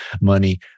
money